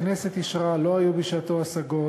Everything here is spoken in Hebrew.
הכנסת אישרה, לא היו בשעתו השגות.